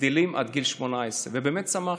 גדלים עד גיל 18. באמת שמחתי.